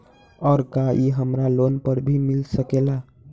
और का इ हमरा लोन पर भी मिल सकेला?